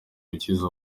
gukiza